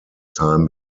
time